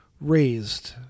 raised